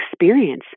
experience